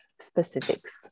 specifics